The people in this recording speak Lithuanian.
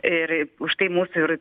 ir už tai mūsų ir